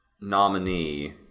nominee